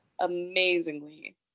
amazingly